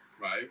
Right